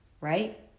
right